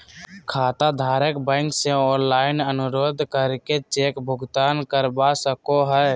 खाताधारक बैंक से ऑनलाइन अनुरोध करके चेक भुगतान रोकवा सको हय